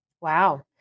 Wow